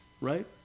Right